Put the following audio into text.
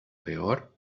peor